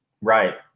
Right